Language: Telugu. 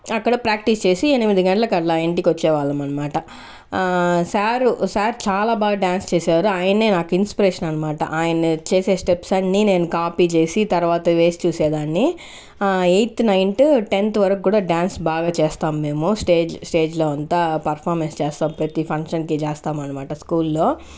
అక్కడ ప్రాక్టీస్ చేసి ఎనిమిది గంటలకట్లా ఇంటికి వచ్చేవాళ్ళమనమాట సార్ సార్ చాలా బాగా డాన్స్ చేసేవారు ఆయనే నాకు ఇన్స్పిరేషన్ అనమాట ఆయన చేసే స్టెప్స్ అన్ని నేను కాపీ చేసి తర్వాత వేసి చూసేదాన్ని ఎయిత్ నైన్త్ టెన్త్ వరకు కూడా డాన్స్ బాగా చేస్తాము మేము స్టేజ్ స్టేజిలో అంతా పర్ఫామెన్స్ చేస్తా ప్రతి ఫంక్షన్కి చేస్తామనమాట స్కూల్లో